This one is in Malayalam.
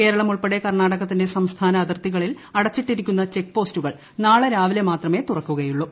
കേരളമുൾപ്പെടെ കർണാടകത്തിന്റെ സംസ്ഥാന അതിർത്തികളിൽ അടച്ചിട്ടിരിക്കുന്ന ചെക്പോസ്റ്റുകൾ നാളെ രാവിലെ മാത്രമേ തുറക്കുകയുള്ളൂ